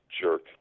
jerk